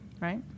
Right